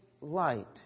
light